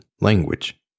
language